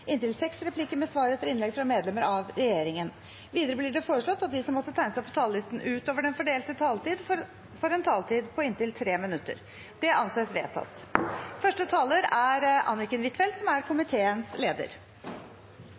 inntil seks replikker med svar etter innlegg fra medlemmer av regjeringen. Videre blir det foreslått at de som måtte tegne seg på talerlisten utover den fordelte taletid, får en taletid på inntil 3 minutter. – Det anses vedtatt.